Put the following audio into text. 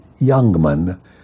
Youngman